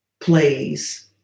plays